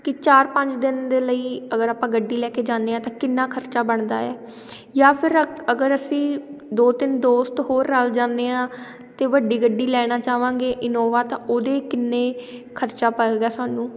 ਕਿ ਚਾਰ ਪੰਜ ਦਿਨ ਦੇ ਲਈ ਅਗਰ ਆਪਾਂ ਗੱਡੀ ਲੈ ਕੇ ਜਾਂਦੇ ਹਾਂ ਤਾਂ ਕਿੰਨਾ ਖਰਚਾ ਬਣਦਾ ਹੈ ਜਾਂ ਫਿਰ ਅਕ ਅਗਰ ਅਸੀਂ ਦੋ ਤਿੰਨ ਦੋਸਤ ਹੋਰ ਰਲ ਜਾਂਦੇ ਹਾਂ ਅਤੇ ਵੱਡੀ ਗੱਡੀ ਲੈਣਾ ਚਾਹਵਾਂਗੇ ਇਨੋਵਾ ਤਾਂ ਉਹਦੇ ਕਿੰਨੇ ਖਰਚਾ ਪਵੇਗਾ ਸਾਨੂੰ